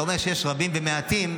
אתה אומר שיש רבים ומעטים,